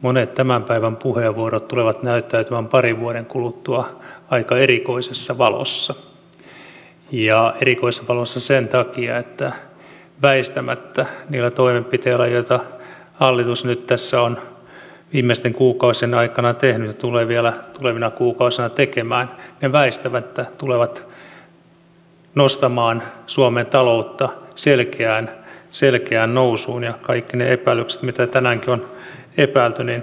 monet tämän päivän puheenvuorot tulevat näyttäytymään parin vuoden kuluttua aika erikoisessa valossa erikoisessa valossa sen takia että väistämättä ne toimenpiteet joita hallitus tässä on nyt viimeisten kuukausien aikana tehnyt ja tulee vielä tulevina kuukausina tekemään tulevat nostamaan suomen taloutta selkeään nousuun ja kaikki ne epäilykset mitä tänäänkin on epäilty niin